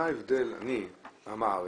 מה ההבדל בין